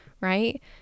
right